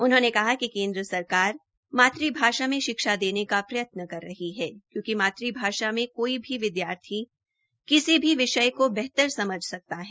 उनहोंने कहा कि केन्द्र सरकार मातृ भाषा में शिक्षा देने का प्रयत्न कर रही है क्योकि मातृभाषा में कोई भी विद्यार्थी किसी भी विषय को बेहतर समझ सकता है